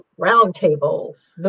roundtables